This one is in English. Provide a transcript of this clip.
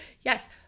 Yes